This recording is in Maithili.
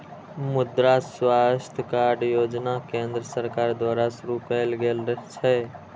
मुद्रा स्वास्थ्य कार्ड योजना केंद्र सरकार द्वारा शुरू कैल गेल छै